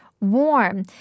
warm